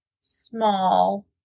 small